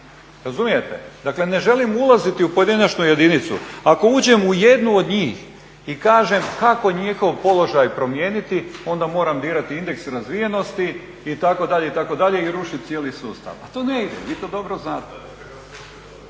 razumijete. Dakle ne želim ulaziti u pojedinačnu jedinicu, ako uđem u jednu od njih i kažem kako njihov položaj promijeniti onda moram birati indekse razvijenosti itd., itd. i rušiti cijeli sustav. A to ne ide, vi to dobro znate.